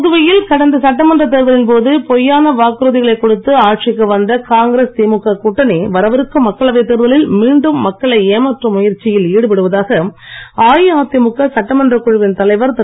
புதுவையில் கடந்த சட்டமன்றத் தேர்தலின் போது பொய்யான வாக்குறுதிகளைக் கொடுத்து ஆட்சிக்கு வந்த காங்கிரஸ் திமுக கூட்டணி வரவிருக்கும் மக்களவைத் தேர்தலில் மீண்டும் மக்களை ஏமாற்றும் முயற்சியில் ஈடுவடுவதாக அஇஅதிமுக சட்டமன்றக் குழுவின் தலைவர் திரு